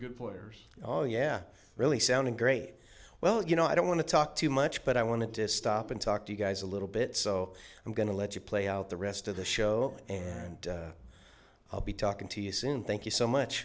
good players all yeah really sounding great well you know i don't want to talk too much but i wanted to stop and talk to guys a little bit so i'm going to let you play out the rest of the show and i'll be talking to you soon thank you so much